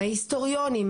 ההיסטוריונים,